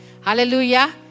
Hallelujah